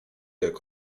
jak